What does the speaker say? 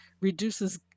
reduces